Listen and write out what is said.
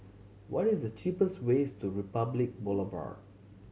what is the cheapest ways to Republic Boulevard